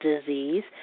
disease